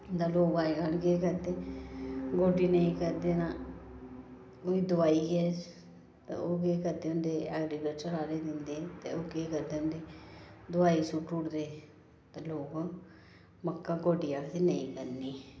ते लोग अज्जकल केह् करदे गोड्डी नेईं करदे न ओह् दुआई गै ते ओह् केह् करदे न ऐग्रीकल्चर आहले दिंदे ते ओह केह् करदे न ते दुआई सुट्टू उड़दे ते लोक मक्कां गोड्डी आखदे नेईं करनी